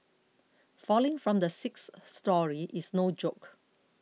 falling from the sixth storey is no joke